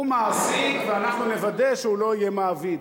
הוא מעסיק, ואנחנו נוודא שהוא לא יהיה מעביד.